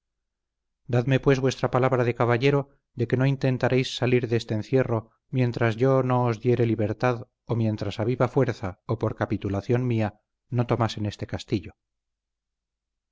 dadme pues vuestra palabra de caballero de que no intentaréis salir de este encierro mientras yo no os diere libertad o mientras a viva fuerza o por capitulación mía no tomasen este castillo